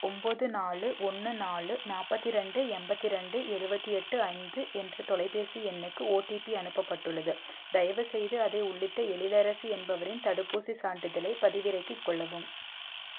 ஒம்போது நாலு ஒன்று நாலு நாற்பத்தி ரெண்டு எண்பத்தி ரெண்டு எழுவத்தி எட்டு ஐந்து என்ற தொலைபேசி எண்ணுக்கு ஓடிபி அனுப்பப்பட்டுள்ளது தயவுசெய்து அதை உள்ளிட்டு எழிலரசி என்பவரின் தடுப்பூசிச் சான்றிதழைப் பதிவிறக்கிக் கொள்ளவும்